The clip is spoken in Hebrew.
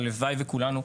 הלוואי וכולנו,